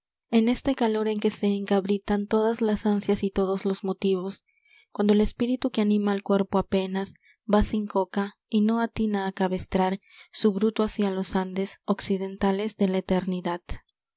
en este calor en que se encabritan todas las ansias y todos los motivos cuando el espíritu que anima al cuerpo apenas va sin coca y no atina a cabestrar su bruto hacia los andes oxidentales de la eternidad